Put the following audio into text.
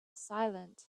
silent